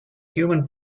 human